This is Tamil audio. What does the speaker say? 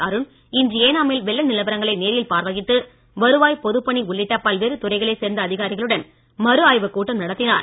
அருண் இன்று ஏனாமில் வெள்ள நிலவரங்களை நேரில் பார்வையிட்டு வருவாய் பொதுப்பணி உள்ளிட்ட பல்வேறு துறைகளைச் சேர்ந்த அதிகாரிகளுடன் மறுஆய்வுக் கூட்டம் நடத்தினார்